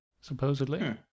supposedly